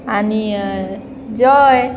आनी जय